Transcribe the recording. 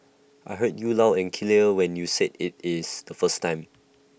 I heard you loud and clear when you said IT is the first time